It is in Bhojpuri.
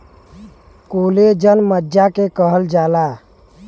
कोलेजन मज्जा के कहल जाला